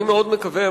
אני מאוד מקווה,